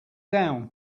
down